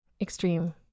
extreme